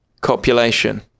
copulation